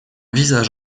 visage